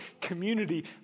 community